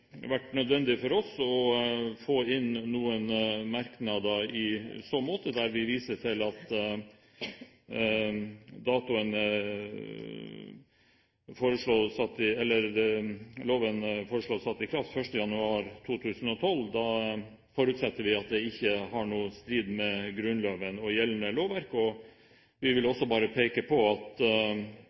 vært nødvendig for oss å få inn noen merknader i så måte. Vi viser til at loven foreslås satt i kraft 1. januar 2012. Da forutsetter vi at det ikke er i strid med Grunnloven og gjeldende lovverk. Vi vil også peke på at